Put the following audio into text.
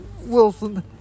Wilson